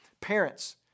parents